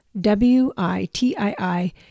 W-I-T-I-I